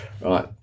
Right